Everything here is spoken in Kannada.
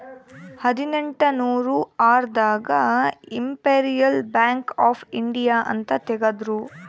ಹದಿನೆಂಟನೂರ ಆರ್ ದಾಗ ಇಂಪೆರಿಯಲ್ ಬ್ಯಾಂಕ್ ಆಫ್ ಇಂಡಿಯಾ ಅಂತ ತೇಗದ್ರೂ